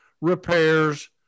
repairs